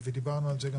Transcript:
וגם דיברנו על זה,